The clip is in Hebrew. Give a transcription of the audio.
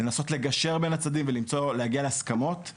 לנסות לגשר בין הצדדים ולהגיע להסכמות.